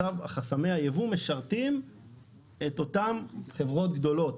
וחסמי היבוא משרתים את אותן חברות גדולות.